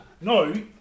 No